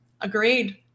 Agreed